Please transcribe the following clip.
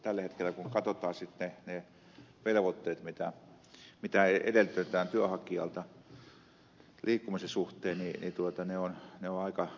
tällä hetkellä kun katsotaan sitten ne velvoitteet mitä edellytetään työnhakijalta liikkumisen suhteen niin ne ovat aika isot